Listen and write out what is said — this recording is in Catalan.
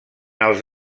els